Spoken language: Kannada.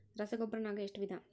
ರಸಗೊಬ್ಬರ ನಾಗ್ ಎಷ್ಟು ವಿಧ?